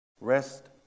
Rest